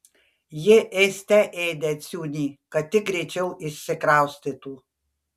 ji ėste ėdė ciunį kad tik greičiau išsikraustytų